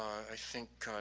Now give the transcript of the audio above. i think,